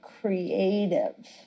creative